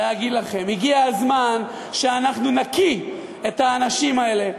להגיד לכם: הגיע הזמן שאנחנו נקיא את האנשים האלה,